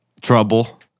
trouble